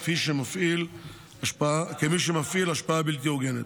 כמי שמפעיל השפעה בלתי הוגנת.